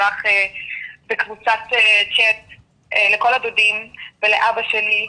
שלח בקבוצת צ'ט לכל הדודים ולאבא שלי,